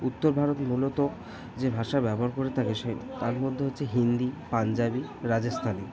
উত্তর ভারতে মূলত যে ভাষা ব্যবহার করে তার হিসেব তার মধ্যে হচ্ছে হিন্দি পাঞ্জাবি রাজস্থানী